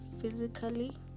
physically